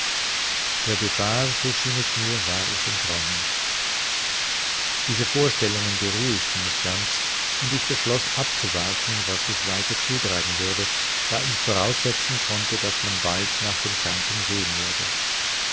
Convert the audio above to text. der gefahr so schien es mir war ich entronnen diese vorstellungen beruhigten mich ganz und ich beschloß abzuwarten was sich weiter zutragen würde da ich voraussetzen konnte daß man bald nach dem kranken sehen würde